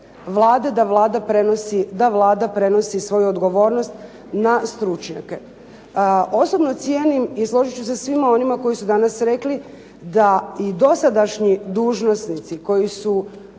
da Vlada prenosi svoju odgovornost na stručnjake. Osobno cijenim i složit ću se sa svima onima koji su danas rekli da i dosadašnji dužnosnici koji su